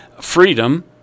freedom